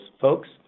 folks